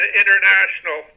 international